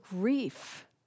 grief